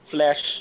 Flash